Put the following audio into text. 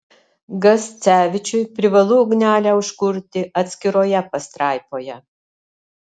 gascevičiui privalu ugnelę užkurti atskiroje pastraipoje